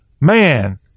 Man